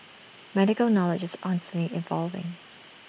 medical knowledge is constantly evolving